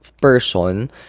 person